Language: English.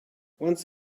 once